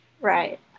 Right